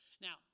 Now